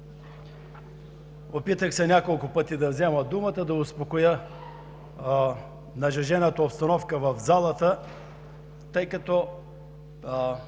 опитах се няколко пъти да взема думата, да успокоя нажежената обстановка в залата, тъй като